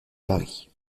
paris